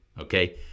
Okay